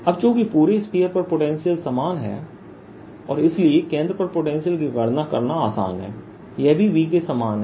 अब चूंकि पूरे स्फीयर पर पर पोटेंशियल समान है और इसलिए केंद्र पर पोटेंशियल की गणना करना आसान है यह भी V के समान है